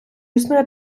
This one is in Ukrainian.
існує